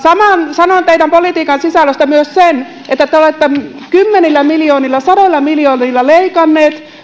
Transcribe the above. sanon teidän politiikkanne sisällöstä myös sen että te olette kymmenillä miljoonilla sadoilla miljoonilla leikanneet